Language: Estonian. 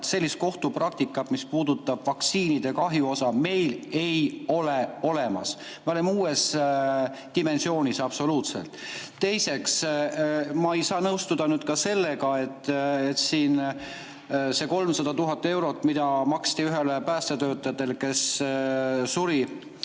et sellist kohtupraktikat, mis puudutab vaktsiinikahjusid, meil ei ole olemas. Me oleme uues dimensioonis, absoluutselt. Teiseks, ma ei saa nõustuda ka sellega, et siin see 300 000 eurot, mida maksti, kui üks päästetöötaja suri